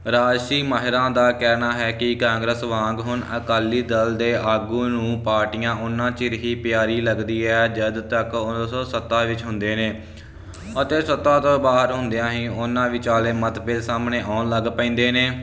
ਰਾਜਸੀ ਮਾਹਿਰਾਂ ਦਾ ਕਹਿਣਾ ਹੈ ਕਿ ਕਾਂਗਰਸ ਵਾਂਗ ਹੁਣ ਅਕਾਲੀ ਦਲ ਦੇ ਆਗੂ ਨੂੰ ਪਾਰਟੀਆਂ ਉਨਾਂ ਚਿਰ ਹੀ ਪਿਆਰੀ ਲੱਗਦੀ ਹੈ ਜਦ ਤੱਕ ਉੱਨੀ ਸੋ ਸੱਤਰ ਵਿੱਚ ਹੁੰਦੇ ਨੇ ਅਤੇ ਸੱਤਾ ਤੋਂ ਬਾਹਰ ਹੁੰਦਿਆਂ ਹੀ ਉਹਨਾਂ ਵਿਚਾਲੇ ਮਤਭੇਦ ਸਾਹਮਣੇ ਆਉਣ ਲੱਗ ਪੈਂਦੇ ਨੇ